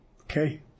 Okay